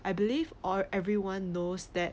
I believe or everyone knows that